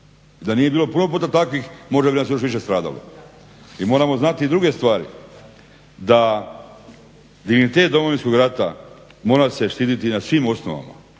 Da nije bilo propusta takvih možda bi nas još više stradalo. I moramo znati i druge stvari, da dignitet Domovinskog rata mora se štiti na svim osnovama.